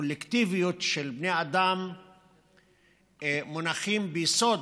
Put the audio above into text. הקולקטיביות של בני אדם מונחות ביסוד,